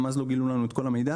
גם אז לא גילו לנו את כל המידע,